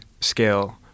scale